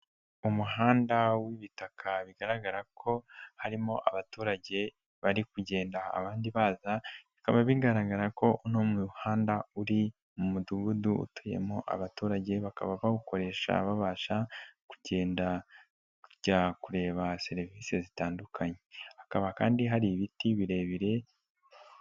Umuhanda w'ibitaka bigaragara ko harimo abaturage bari kugenda abandi baza bikaba bigaragara ko uno muhanda uri mu mudugudu utuyemo abaturage bakaba bawukoresha babasha kugendajya kureba serivisi zitandukanye hakaba kandi hari ibiti birebire.